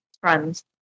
Friends